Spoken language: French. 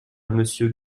monsieur